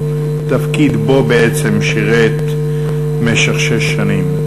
תפקיד שבו בעצם שירת במשך שש שנים.